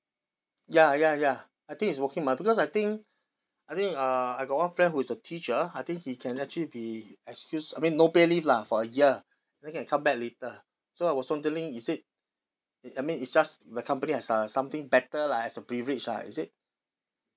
ya ya ya I think it's working mother because I think I think uh I got one friend who is a teacher I think he can actually be excuse I mean no pay leave lah for a year then can come back later so I was wondering is it I mean it's just the company has uh something better lah as a privilege lah is it